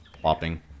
plopping